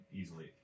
easily